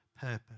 purpose